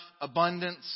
Abundance